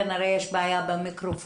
כנראה שיש בעיה במיקרופון,